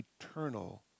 eternal